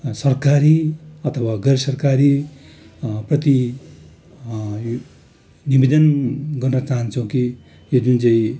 सरकारी अथवा गैरसरकारी प्रति यो निवेदन गर्न चाहन्छौँ कि यो जुन चाहिँ